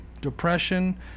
depression